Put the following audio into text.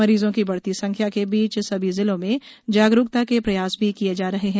मरीजों की बढ़ती संख्या के बीच सभी जिलों में जागरूकता के प्रयास भी किये जा रहे है